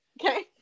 okay